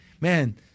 Man